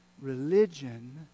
Religion